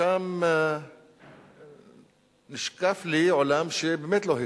ושם נשקף אלי עולם שלא הכרתי,